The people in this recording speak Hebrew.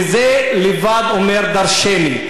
וזה לבד אומר דורשני,